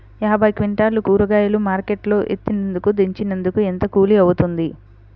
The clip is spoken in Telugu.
యాభై క్వింటాలు కూరగాయలు మార్కెట్ లో ఎత్తినందుకు, దించినందుకు ఏంత కూలి అవుతుంది?